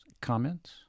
comments